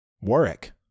Warwick